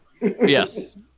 Yes